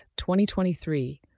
2023